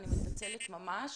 אני מתנצלת ממש.